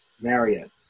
Marriott